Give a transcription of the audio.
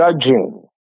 judging